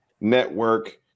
network